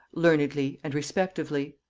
learnedly, and respectively.